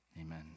amen